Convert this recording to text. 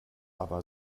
aber